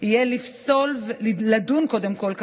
יהיה לדון קודם כול,